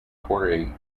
torre